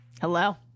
hello